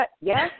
Yes